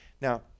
Now